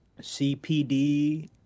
CPD